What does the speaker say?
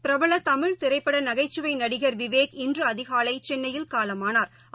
பிரபலதமிழ் திரைப்படநகைச்சுவைநடிகள் விவேக் இன்றுஅதினலைசென்னையில் காலமானாா்